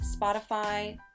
Spotify